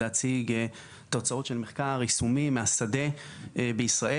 להציג תוצאות של מחקר יישומי מהשדה בישראל,